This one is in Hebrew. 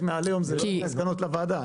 כי אמרת שחלק מהעליהום זה --- מסקנות הוועדה.